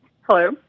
Hello